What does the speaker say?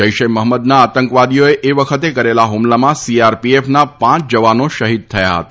જૈશ એ મહંમદના આતંકવાદીઓએ એ વખતે કરેલા હ્મલામાં સીઆરપીએફના પાંચ જવાનો શહિદ થયા હતા